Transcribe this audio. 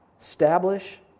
establish